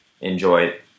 enjoy